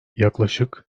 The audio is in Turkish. yaklaşık